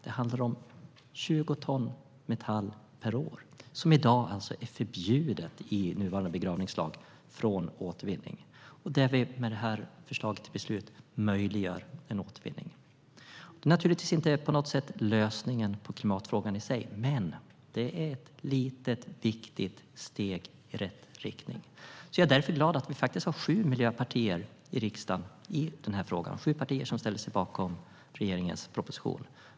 Det handlar om 20 ton metall per år som det i dag alltså enligt nuvarande begravningslag är förbjudet att återvinna. Med detta förslag till beslut möjliggör vi en återvinning. Detta är naturligtvis inte på något sätt lösningen på klimatfrågan i sig, men det är ett litet viktigt steg i rätt riktning. Jag är därför glad att vi faktiskt har sju miljöpartier i riksdagen i denna fråga. Det är sju partier som ställer sig bakom regeringens proposition.